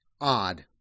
odd